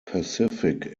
pacific